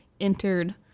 entered